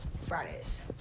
Fridays